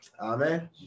Amen